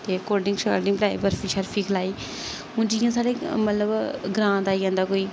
ते cold drink शोल्ड drink पलाई बर्फी शर्फी खलाई हून जियां साढ़े मतलब ग्रांऽ दा आई जंदा कोई